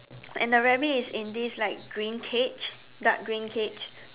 and the rabbit is in this like green cage dark green cage